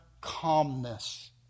calmness